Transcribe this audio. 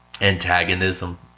antagonism